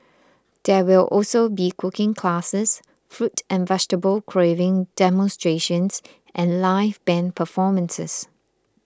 there will also be cooking classes fruit and vegetable carving demonstrations and live band performances